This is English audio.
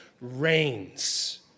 reigns